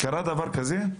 קרה דבר כזה?